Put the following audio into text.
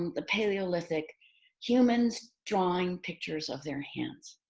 the paleolithic humans drawing pictures of their hands